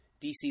DC